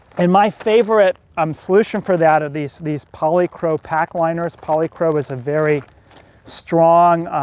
and my favorite um solution for that are these these polycro pack liners. polycro is a very strong,